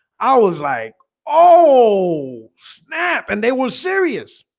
i was like, oh snap, and they were serious